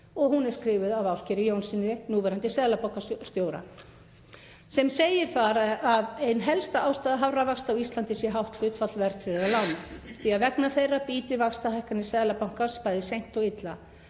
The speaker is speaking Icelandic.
Hún er skrifuð af Ásgeiri Jónssyni, núverandi seðlabankastjóra, sem segir þar að ein helsta ástæða hárra vaxta á Íslandi sé hátt hlutfall verðtryggðra lána, því að vegna þeirra bíti vaxtahækkanir Seðlabankans bæði seint og illa.